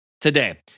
today